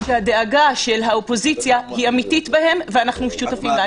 שהדאגה של האופוזיציה היא אמתית בהם ואנחנו שותפים לה.